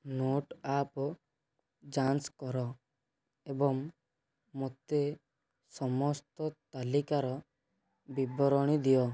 note app ଯାଞ୍ଚ କର ଏବଂ ମୋତେ ସମସ୍ତ ତାଲିକାର ବିବରଣୀ ଦିଅ